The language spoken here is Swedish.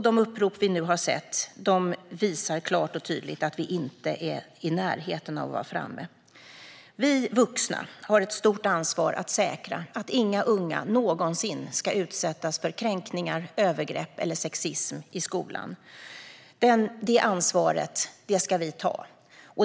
De upprop vi nu har sett visar klart och tydligt att vi inte är i närheten av att vara framme. Vi vuxna har ett stort ansvar att säkra att inga unga någonsin ska utsättas för kränkningar, övergrepp eller sexism i skolan. Det ansvaret ska vi ta.